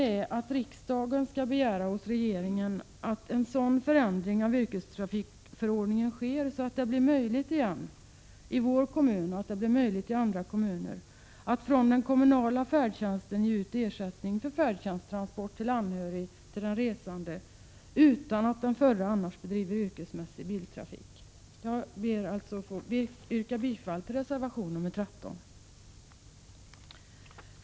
Vi vill att riksdagen hos regeringen skall begära att en sådan förändring av yrkestrafikförordningen sker att det blir möjligt, i vår kommun och i andra kommuner, att från den kommunala färdtjänsten ge ut ersättning för färdtjänststransport till anhörig till den resande, utan att den förre annars bedriver yrkesmässig biltrafik. Jag ber att få yrka bifall till reservation 13.